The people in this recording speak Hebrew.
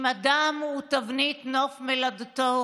אם אדם הוא תבנית נוף מולדתו,